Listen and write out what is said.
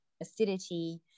acidity